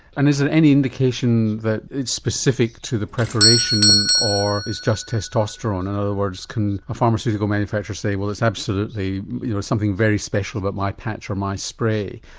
and is there any indication that it's specific to the preparation or it's just testosterone, in other words can a pharmaceutical manufacturer say well it's absolutely something very special about my patch or my spray,